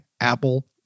Apple